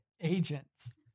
agents